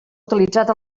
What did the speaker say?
utilitzat